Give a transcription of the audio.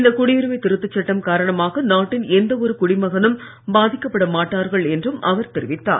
இந்த குடியுரிமை திருத்தச் சட்டம் காரணமாக நாட்டின் எந்தஒரு குடிமகனும் பாதிக்கப்படமாட்டார்கள் என்றும் அவர் தெரிவித்தார்